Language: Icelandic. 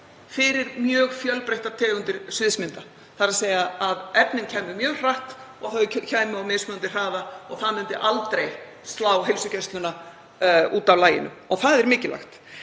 fyrir mjög fjölbreyttar tegundir sviðsmynda, þ.e. að efnin kæmu mjög hratt og þau kæmu á mismunandi hraða og það myndi aldrei slá heilsugæsluna út af laginu. Það er mikilvægt.